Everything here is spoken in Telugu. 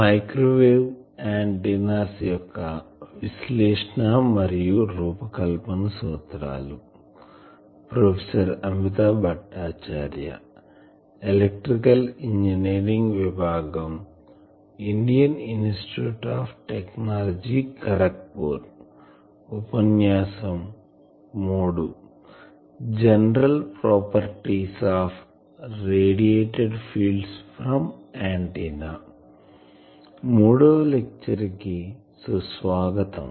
మూడవ లెక్చర్ కి సుస్వాగతం